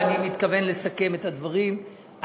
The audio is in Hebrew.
ואני מתכוון לסכם את הדברים,